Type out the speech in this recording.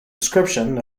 description